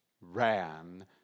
ran